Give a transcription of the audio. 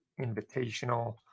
invitational